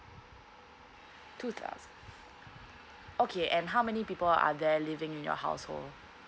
two thousand okay and how many people are there living in your household